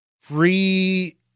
free